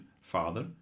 father